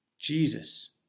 Jesus